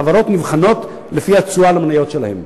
חברות נבחנות לפי התשואה על המניות שלהן.